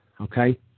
Okay